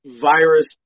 virus